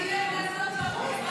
אמרנו שכל מי שעושה שירות.